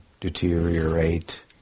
deteriorate